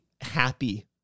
happy